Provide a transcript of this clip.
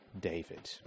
David